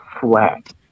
flat